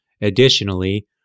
Additionally